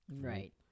right